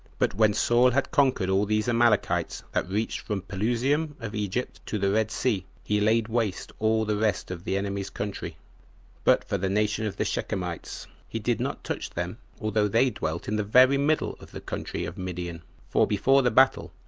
but when saul had conquered all these amalekites that reached from pelusium of egypt to the red sea, he laid waste all the rest of the enemy's country but for the nation of the shechemites, he did not touch them, although they dwelt in the very middle of the country of midian for before the battle,